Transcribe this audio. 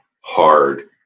hard